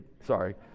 Sorry